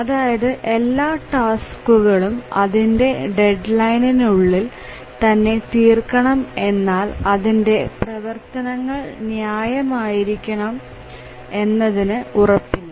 അതായത് എല്ലാ ടാസ്കുകൾ അതിന്റെ ഡെഡ് ലൈനിന്റെ ഉള്ളിൽ തന്നെ തീർത്ക്കണം എന്നാൽ അതിന്റെ പ്രവർത്തനങ്ങൾ ന്യായം ആയിരിക്കും എന്നതിന് ഉറപ്പില്ല